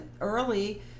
early